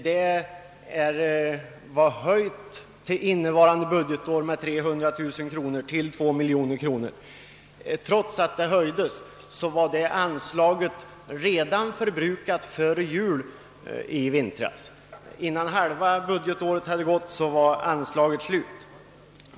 Det har innevarande budgetår höjts med 300 000 kronor till 2 miljoner. Trots att det höjts var anslaget förbrukat redan före jul; innan halva budgetåret hade gått var alltså anslaget slut.